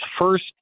first